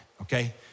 okay